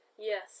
Yes